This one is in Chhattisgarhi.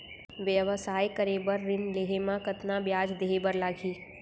व्यवसाय करे बर ऋण लेहे म कतना ब्याज देहे बर लागही?